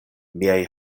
miaj